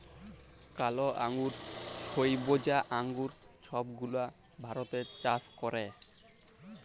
কালা আঙ্গুর, ছইবজা আঙ্গুর ছব গুলা ভারতে চাষ ক্যরে